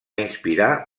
inspirar